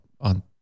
on